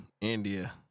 India